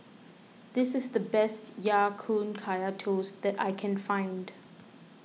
this is the best Ya Kun Kaya Toast that I can find